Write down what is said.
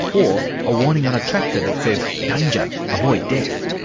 or a warning on a tractor that says danger! avoid death'.